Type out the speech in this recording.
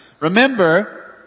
Remember